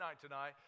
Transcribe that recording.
tonight